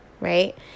right